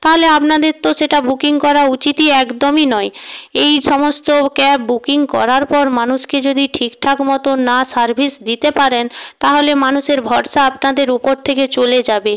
তাহলে আপনাদের তো সেটা বুকিং করা উচিতই একদমই নয় এই সমস্ত ক্যাব বুকিং করার পর মানুষকে যদি ঠিকঠাক মতো না সার্ভিস দিতে পারেন তাহলে মানুষের ভরসা আপনাদের উপর থেকে চলে যাবে